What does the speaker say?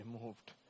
removed